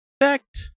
effect